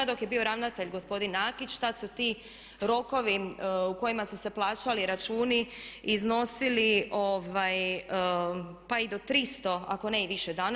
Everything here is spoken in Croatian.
Dok je bio ravnatelj gospodin Nakić tad su ti rokovi u kojima su se plaćali računi iznosili pa i do 300 ako ne i više dana.